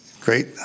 Great